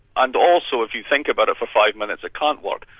and also if you think about it for five minutes it can't work.